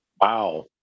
Wow